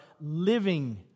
living